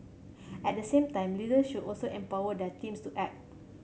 at the same time leaders should also empower their teams to act